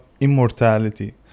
immortality